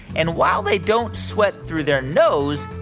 and while they don't sweat through their nose,